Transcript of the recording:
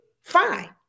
fine